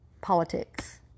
politics